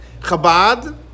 Chabad